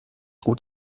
gut